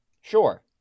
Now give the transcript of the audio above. Sure